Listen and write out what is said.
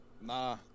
Nah